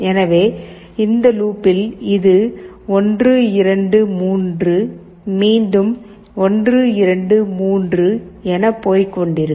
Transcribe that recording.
எனவே இந்த லூப்பில் இது 1 2 3 மீண்டும் 1 2 3 என போய் கொண்டிருக்கும்